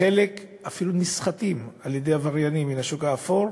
חלק אפילו נסחטים על-ידי עבריינים מן השוק האפור,